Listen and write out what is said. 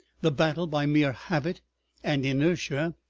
the battle, by mere habit and inertia,